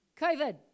COVID